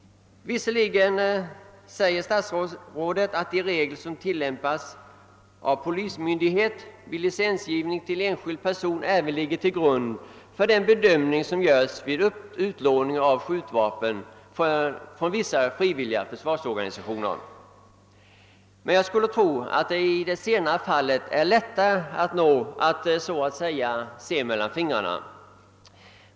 Visserligen uttalar statsrådet att de regler som tillämpas av polismyndighet vid licensgivning till enskild person även ligger till grund för den bedömning, som görs vid utlåning av skjutvapen från vissa frivilliga försvarsorganisationer. Jag skulle emellertid tro att det i det senare fallet är lättare att se mellan fingrarna.